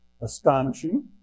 astonishing